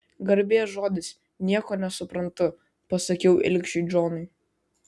garbės žodis nieko nesuprantu pasakiau ilgšiui džonui